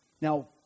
Now